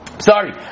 Sorry